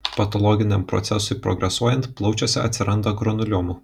patologiniam procesui progresuojant plaučiuose atsiranda granuliomų